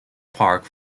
park